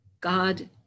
God